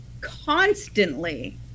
constantly